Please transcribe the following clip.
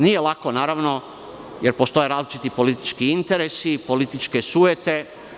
Nije lako jer postoje različiti politički interesi, političke sujete.